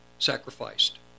sacrificed